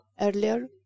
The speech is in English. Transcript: earlier